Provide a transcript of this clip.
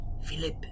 Philip